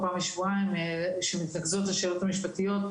פעם בשבועיים שמתנקזות לשאלות המשפטיות,